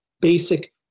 basic